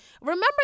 Remember